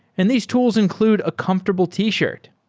and these tools include a comfortable t-shirt.